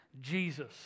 Jesus